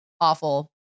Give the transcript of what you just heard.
awful